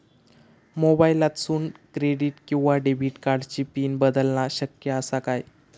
मोबाईलातसून क्रेडिट किवा डेबिट कार्डची पिन बदलना शक्य आसा काय?